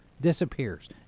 disappears